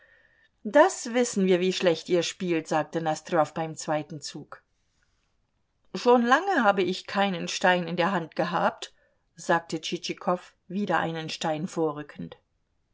das wissen wir wie schlecht ihr spielt sagte nosdrjow beim zweiten zug schon lange habe ich keinen stein in der hand gehabt sagte tschitschikow wieder einen stein vorrückend